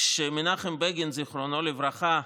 כשמנחם בגין, זיכרונו לברכה,